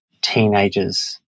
teenagers